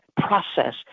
process